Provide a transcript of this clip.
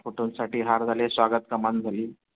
फोटोंसाठी हार झाले स्वागत कमान झाली